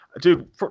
dude